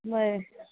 बरें